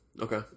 Okay